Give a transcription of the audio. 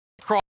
cross